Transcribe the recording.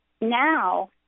now